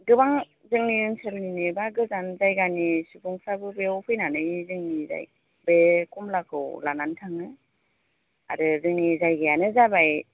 गोबां जोंनि ओनसोलनिनो एबा गोजान जायगानि सुबुंफ्राबो बेयाव फैनानै जोंनि बे खमलाखौ लानानै थाङो आरो जोंनि जायगायानो जाबाय